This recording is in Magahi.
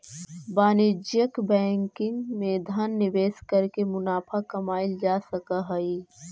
वाणिज्यिक बैंकिंग में धन निवेश करके मुनाफा कमाएल जा सकऽ हइ